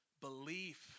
Belief